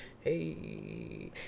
Hey